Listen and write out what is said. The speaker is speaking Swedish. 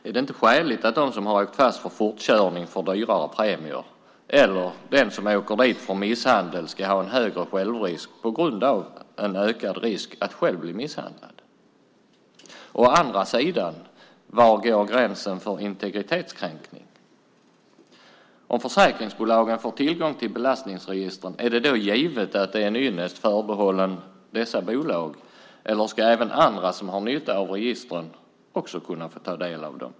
Är det inte skäligt att de som har åkt fast för fortkörning får dyrare premier eller att den som åker dit för misshandel ska ha en högre självrisk på grund av en ökad risk att själv bli misshandlad? Å andra sidan: Var går gränsen för integritetskränkning? Om försäkringsbolagen får tillgång till belastningsregistren, är det då givet att det är en ynnest förbehållen dessa bolag, eller ska även andra som har nytta av registren kunna få ta del av dem?